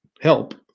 help